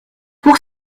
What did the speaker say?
pour